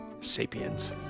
Sapiens